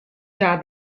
già